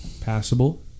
passable